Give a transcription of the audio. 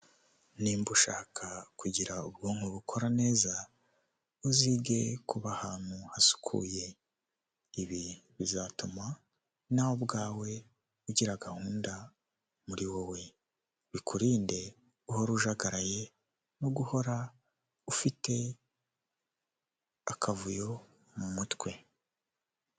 Nimba ushaka kugira ubwonko bukora neza, uzige kuba ahantu hasukuye, ibi bizatuma nawe ubwawe ugira gahunda muri wowe, bikurinde guhora ujagaraye no guhora ufite akavuyo mu mutwe.